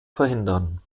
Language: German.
verhindern